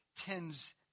tends